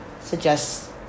suggest